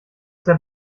der